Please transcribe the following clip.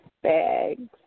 bags